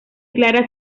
clara